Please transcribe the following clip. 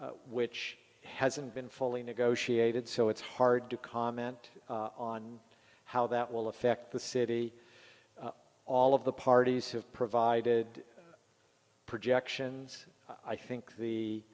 which hasn't been fully negotiated so it's hard to comment on how that will affect the city all of the parties have provided projections i think the